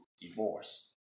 divorce